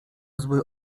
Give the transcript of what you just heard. zły